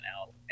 out